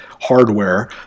hardware